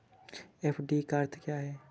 FD का अर्थ क्या है?